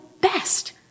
best